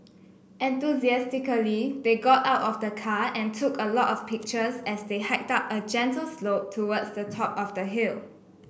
enthusiastically they got out of the car and took a lot of pictures as they hiked up a gentle slope towards the top of the hill